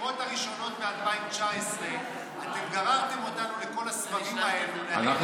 בבחירות הראשונות ב-2019 אתם גררתם אותנו לכל הסבבים האלה בגלל תירוץ,